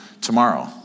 tomorrow